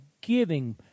giving